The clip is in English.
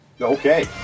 Okay